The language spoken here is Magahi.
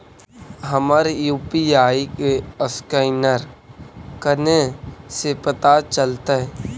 हमर यु.पी.आई के असकैनर कने से पता चलतै?